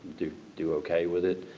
do do okay with it.